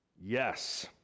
Yes